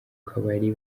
kabari